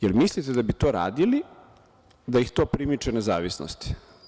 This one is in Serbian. Da li mislite da bi to radili da ih to primiče nezavisnosti?